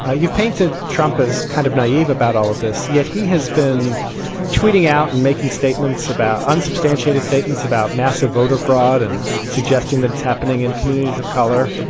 ah you've painted trump as kind of naive about all of this. yet he has been tweeting out and making statements about unsubstantiated statements about massive voter fraud and suggesting that it's happening in communities of color.